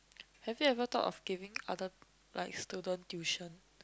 have you ever thought of giving other like students tuition